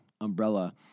umbrella